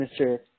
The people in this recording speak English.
Mr